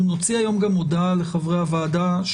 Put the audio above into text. אנחנו נוציא היום גם הודעה לחברי הוועדה.